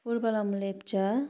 Phurbaram Lepcha